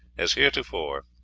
as heretofore,